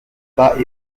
bas